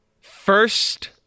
First